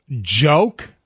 joke